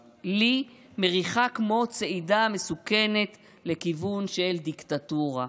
מריחה כמו צעידה מסוכנת לכיוון של דיקטטורה.